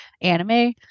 anime